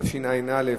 התש"ע 2010,